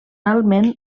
amb